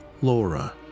Laura